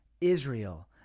Israel